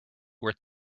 worth